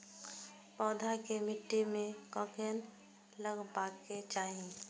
पौधा के मिट्टी में कखेन लगबाके चाहि?